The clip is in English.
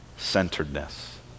centeredness